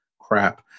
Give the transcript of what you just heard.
crap